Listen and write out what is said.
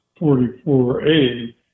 44A